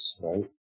right